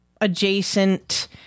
adjacent